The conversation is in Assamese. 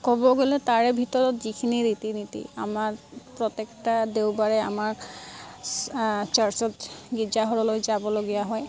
ক'ব গ'লে তাৰে ভিতৰত যিখিনি ৰীতি নীতি আমাক প্ৰত্যেকটা দেওবাৰে আমাক চাৰ্চত গীৰ্জাহললৈ যাবলগীয়া হয়